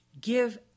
give